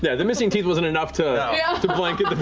yeah the missing teeth wasn't enough to to blanket